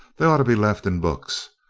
they'd ought to be left in books.